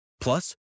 Plus